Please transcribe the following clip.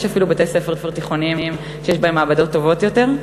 יש אפילו בתי-ספר תיכוניים שיש בהם מעבדות טובות יותר.